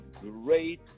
great